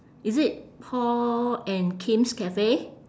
is it paul and kim's cafe